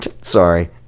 sorry